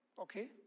Okay